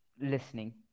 listening